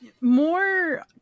more